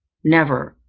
never!